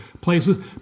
places